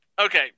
Okay